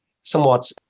somewhat